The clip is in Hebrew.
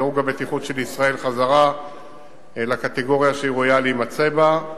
דירוג הבטיחות של ישראל חזרה לקטגוריה שהיא ראויה להימצא בה,